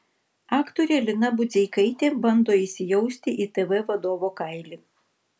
aktorė lina budzeikaitė bando įsijausti į tv vadovo kailį